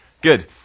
Good